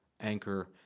Anchor